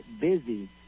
busy